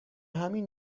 همین